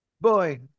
boy